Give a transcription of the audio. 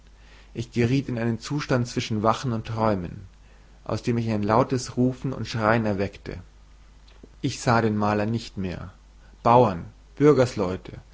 ich geriet in einen zustand zwischen wachen und träumen aus dem mich ein lautes rufen und schreien erweckte ich sah den maler nicht mehr bauern